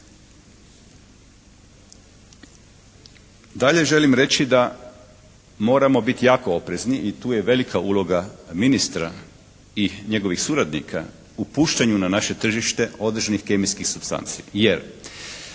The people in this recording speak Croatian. Dalje želim reći da moramo biti jako oprezni. I tu je velika uloga ministra i njegovih suradnika u pušćanju na naše tržište određenih kemijskih supstanci.